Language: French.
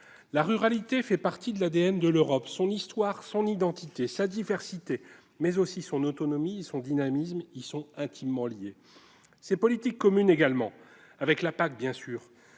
La ruralité fait partie de l'ADN de l'Europe. Son histoire, son identité, sa diversité, mais aussi son autonomie et son dynamisme, lui sont intimement liées. Ses politiques communes le sont également, comme bien sûr